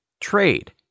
Trade